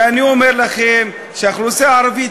ואני אומר לכם שהאוכלוסייה הערבית,